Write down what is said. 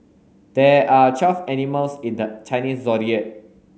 there are twelve animals in the Chinese Zodiac